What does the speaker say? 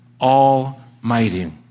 Almighty